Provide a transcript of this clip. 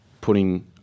putting